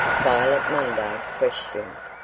violet munday questioned.